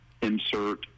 insert